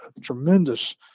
tremendous